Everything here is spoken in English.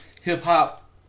hip-hop